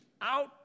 out